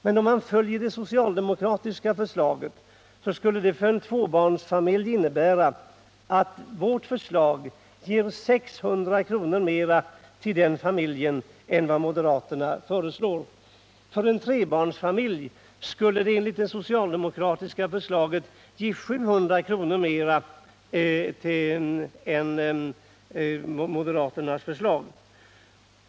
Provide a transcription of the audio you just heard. Men om man följer det socialdemokratiska förslaget, skulle det för en tvåbarnsfamilj innebära 600 kr. mer än vad moderaterna föreslår. En trebarnsfamilj skulle enligt det socialdemokratiska förslaget få 700 kr. mer än i moderaternas förslag.